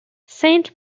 saint